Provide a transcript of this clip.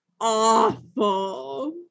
Awful